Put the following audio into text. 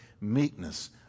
meekness